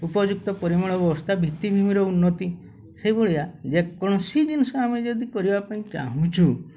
ଉପଯୁକ୍ତ ପରିମାଣ ଅବସ୍ଥା ଭିତ୍ତିଭୂମିର ଉନ୍ନତି ସେଇଭଳିଆ ଯେକୌଣସି ଜିନିଷ ଆମେ ଯଦି କରିବା ପାଇଁ ଚାହୁଁଛୁ